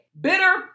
bitter